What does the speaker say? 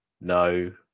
no